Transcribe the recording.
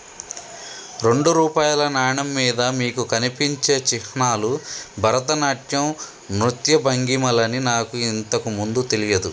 రెండు రూపాయల నాణెం మీద మీకు కనిపించే చిహ్నాలు భరతనాట్యం నృత్య భంగిమలని నాకు ఇంతకు ముందు తెలియదు